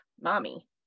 mommy